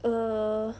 err